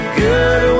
good